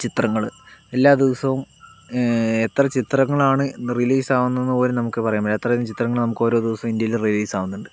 ചിത്രങ്ങൾ എല്ലാ ദിവസവും എത്ര ചിത്രങ്ങളാണ് റിലീസാകുന്നതെന്നു പോലും നമുക്ക് പറയാൻ പറ്റില്ല അത്രയും ചിത്രങ്ങൾ നമുക്ക് ഓരോ ദിവസം ഇന്ത്യയിൽ റിലീസാകുന്നുണ്ട്